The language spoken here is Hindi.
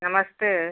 नमस्ते